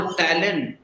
talent